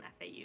FAU